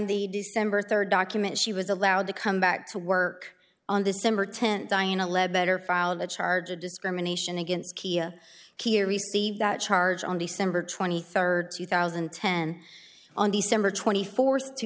the december third document she was allowed to come back to work on december tenth diana lead better file the charge of discrimination against kiya kia receive that charge on december twenty third two thousand and ten on the summer twenty fourth two